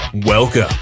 Welcome